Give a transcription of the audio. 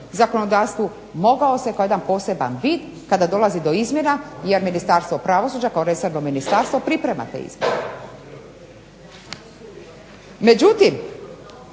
zakonodavstvu mogao se kao jedan poseban vid, kada dolazi do izmjena jer Ministarstvo pravosuđa kao resorno ministarstvo priprema te izmjene.